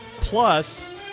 Plus